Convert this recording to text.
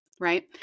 Right